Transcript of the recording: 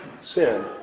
sin